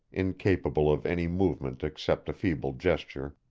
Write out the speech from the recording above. incapable of any movement except a feeble gesture,